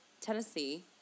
Tennessee